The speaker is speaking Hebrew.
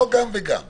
לא גם וגם.